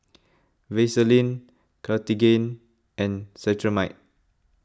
Vaselin Cartigain and Cetrimide